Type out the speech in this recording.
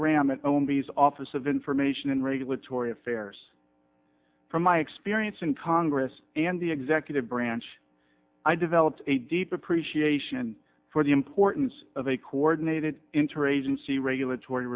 graham at own beez office of information and regulatory affairs from my experience in congress and the executive branch i developed a deep appreciation for the importance of a coordinated interagency regulatory